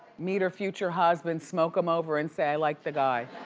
meet her future husband, smoke him over and say, i like the guy.